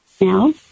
now